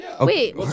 Wait